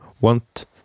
want